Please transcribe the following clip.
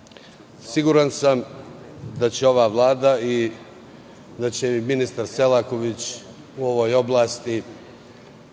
tome. Siguran sam da će ova vlada i da će ministar Selaković u ovoj oblasti